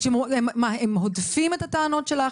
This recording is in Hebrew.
הם הודפים את הטענות שלך?